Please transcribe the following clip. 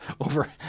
over